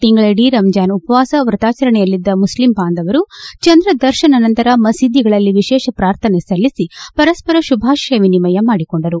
ತಿಂಗಳಡೀ ರಂಜಾನ್ ಉಪವಾಸ ವ್ರತಾಚರಣೆಯಲ್ಲಿದ್ದ ಮುಕ್ಲಿಂ ಬಾಂಧವರು ಚಂದ್ರ ದರ್ಶನ ನಂತರ ಮಸೀದಿಗಳಲ್ಲಿ ವಿಶೇಷ ಪ್ರಾರ್ಥನೆ ಸಲ್ಲಿಸಿಪರಸ್ಪರ ಶುಭಾಶಯ ವಿನಿಮಯ ಮಾಡಿಕೊಂಡರು